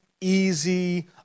easy